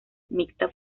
mixtas